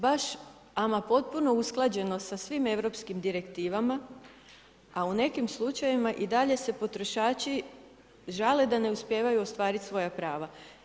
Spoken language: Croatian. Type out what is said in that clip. Baš ama potpuno usklađeno sa svim europskim direktivama, a u neki slučajevima i dalje se potrošači žale da ne uspijevaju ostvariti svoja prava.